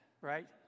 right